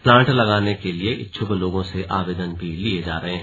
plant लगाने के लिए इच्छुक लोगों से आवेदन भी लिये जा रहे हैं